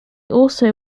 also